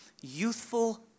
youthful